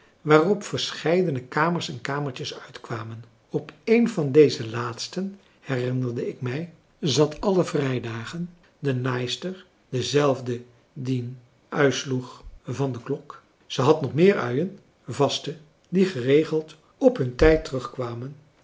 waarop verscheiden kamers en kamertjes uitkwamen op een van deze laatsten herinnerde ik mij zat alle vrijdagen de naaister dezelfde die dien ui sloeg van de klok ze had nog meer uien vaste die geregeld op hun tijd terugkwamen